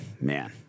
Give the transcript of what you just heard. man